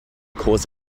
cause